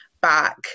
back